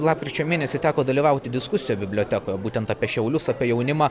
lapkričio mėnesį teko dalyvauti diskusijoje bibliotekoje būtent apie šiaulius apie jaunimą